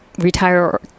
retire